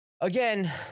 again